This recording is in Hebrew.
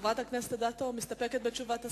חברת הכנסת אדטו, את מסתפקת בתשובת השר?